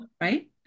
right